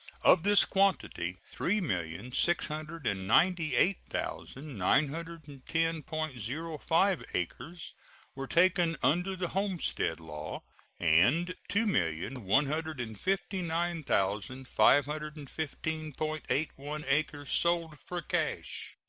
of this quantity three million six hundred and ninety eight thousand nine hundred and ten point zero five acres were taken under the homestead law and two million one hundred and fifty nine thousand five hundred and fifteen point eight one acres sold for cash.